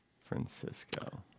Francisco